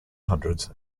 hundreds